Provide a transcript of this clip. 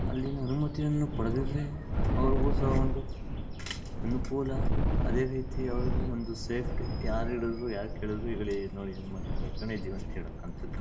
ಅಲ್ಲಿನ ಅನುಮತಿಯನ್ನು ಪಡೆದಿದ್ದರೆ ಅವ್ರಿಗೂ ಸಹ ಒಂದು ಅನುಕೂಲ ಅದೇ ರೀತಿ ಅವ್ರಿಗೂ ಒಂದು ಸೇಫ್ಟಿ ಯಾರು ಹಿಡಿದ್ರು ಯಾಕೆ ಹಿಡಿದ್ರು ಇಗೊಳ್ಳಿ ನೋಡಿ ಏನು ಮಾಡಿ ತಕಣಿ ಜೀವನ ಕೇಳೋಕಂಥದ್ದು